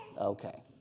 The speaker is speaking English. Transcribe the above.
Okay